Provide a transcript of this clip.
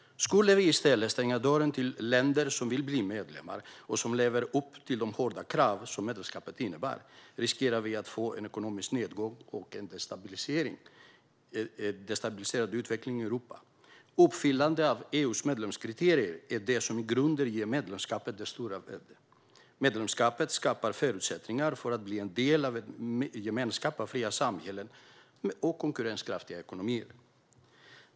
Skulle vi i stället stänga dörren för länder som vill bli medlemmar och som lever upp till de hårda krav som medlemskapet innebär riskerar vi att få en ekonomisk nedgång och en destabiliserad utveckling i Europa. Uppfyllande av EU:s medlemskriterier är det som i grunden ger medlemskapet dess stora värde. Medlemskapet skapar förutsättningar för att bli en del av en gemenskap av fria samhällen och konkurrenskraftiga ekonomier.